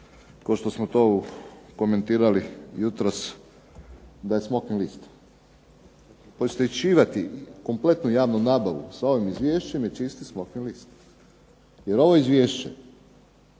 kao što smo to komentirali jutros, da je smokvin list. Poistovjećivati kompletnu javnu nabavu sa ovim izvješćem je čisti smokvin list. Jer ovo izvješće